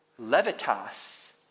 levitas